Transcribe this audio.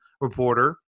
reporter